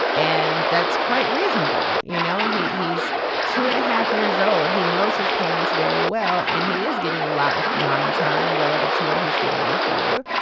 and that's quite reasonable. you know he he's two and a half years old. he knows his parents very well and he is getting a lot of mommy time relative to what he's getting with you.